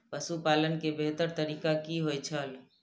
पशुपालन के बेहतर तरीका की होय छल?